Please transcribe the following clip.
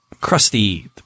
crusty